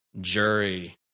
jury